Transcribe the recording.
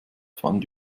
fand